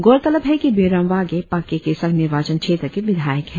गौरतलब है कि बियूराम वागे पाक्के केंसांग निर्वाचन क्षेत्र के विधायक है